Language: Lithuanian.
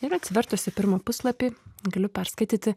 ir atsivertusi pirmą puslapį galiu perskaityti